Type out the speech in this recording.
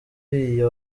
uriya